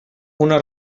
una